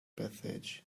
passage